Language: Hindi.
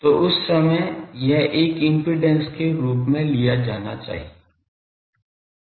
तो उस समय यह एक इम्पीडेन्स के रूप में लिया जाना चाहिए